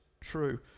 true